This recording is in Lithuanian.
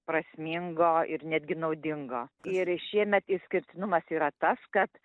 prasmingo ir netgi naudingo ir šiemet išskirtinumas yra tas kad